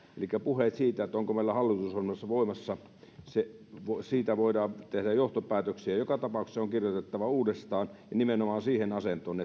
elikkä puheet siitä onko meillä hallitusohjelma voimassa siitä voidaan tehdä johtopäätöksiä joka tapauksessa se on kirjoitettava uudestaan ja nimenomaan siihen asentoon